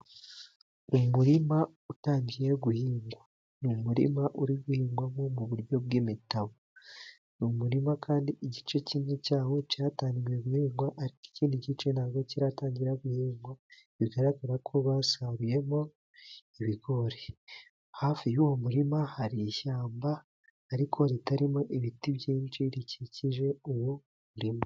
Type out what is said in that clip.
Umurima utangiye guhingwa, ni umurima uri guhingwamo mu buryo bw'imitabo, ni umurima kandi igice kimwe cyawo cyatangiye guhingwa ,ariko ikindi gice ntabwo kiratangira guhingwa, bigaragara ko basaruyemo ibigori, hafi y'uwo murima hari ishyamba, ariko ritarimo ibiti byinshi rikikije uwo murima.